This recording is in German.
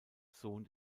sohn